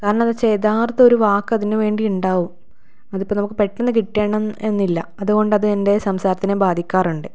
കാരണമെന്നുവെച്ചാൽ യഥാർത്ഥ ഒരു വാക്ക് അതിനു വേണ്ടി ഉണ്ടാവും അത് ഇപ്പം നമുക്ക് പെട്ടെന്ന് കിട്ടണം എന്നില്ല അതുകൊണ്ട് അത് എൻ്റെ സംസാരത്തിനെ ബാധിക്കാറുണ്ട്